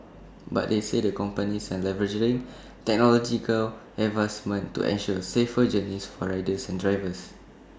but they said the companies are leveraging technological advancements to ensure safer journeys for riders and drivers